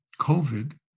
COVID